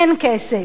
אין כסף,